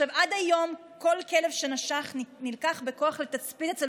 עד היום כל כלב שנשך נלקח בכוח לתצפית אצל